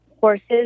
horses